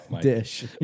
dish